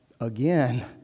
again